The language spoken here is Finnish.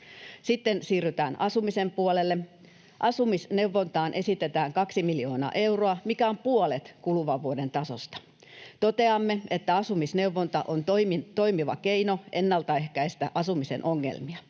Sitten siirrytään asumisen puolelle. Asumisneuvontaan esitetään kaksi miljoonaa euroa, mikä on puolet kuluvan vuoden tasosta. Toteamme, että asumisneuvonta on toimiva keino ennaltaehkäistä asumisen ongelmia.